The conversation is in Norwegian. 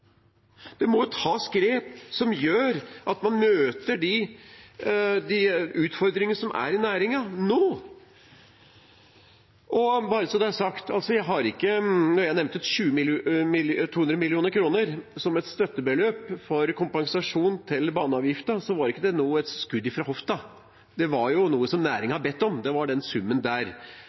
Dette må jo røre ved noe i statsråden og i departementet og den politiske ledelsen der. Det må tas grep som gjør at man møter de utfordringene som er i næringen, nå. Og bare så det er sagt: Da jeg nevnte 200 mill. kr som et støttebeløp for kompensasjon til baneavgiften, var ikke det noe skudd fra hofta – den summen var noe som næringen har bedt om.